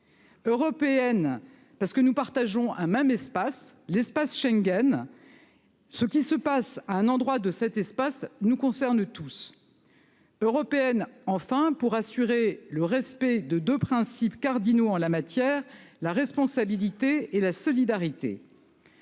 Européenne, ensuite, parce que nous partageons un même espace, l'espace Schengen. Par conséquent, ce qui se passe à un endroit de cet espace nous concerne tous. Européenne, enfin, pour assurer le respect de deux principes cardinaux en la matière : la responsabilité et la solidarité.